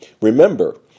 Remember